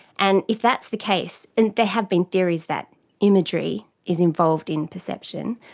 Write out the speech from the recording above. and if that's the case, and there have been theories that imagery is involved in perception,